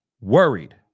Worried